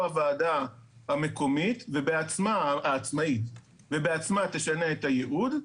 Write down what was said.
הוועדה המקומית העצמאית ובעצמה תשנה את הייעוד.